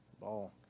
ball